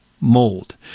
mold